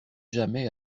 jamais